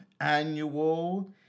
annual